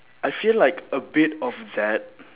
I feel like a bit of that